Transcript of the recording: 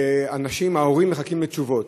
ההורים מחכים לתשובות.